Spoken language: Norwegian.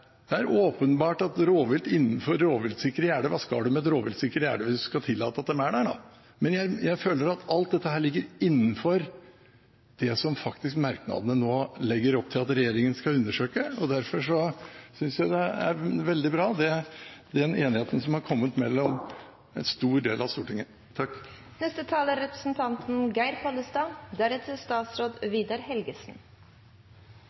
Det er jo åpenbart: Hva skal man med et rovviltsikkert gjerde hvis man skal tillate at de er der? Men jeg føler at alt dette ligger innenfor det som det i merknadene nå legges opp til at regjeringen skal undersøke. Derfor synes jeg det er veldig bra at en stor del av Stortinget har kommet til en enighet. Jeg tar ordet bare for å understreke at Stortinget